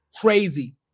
Crazy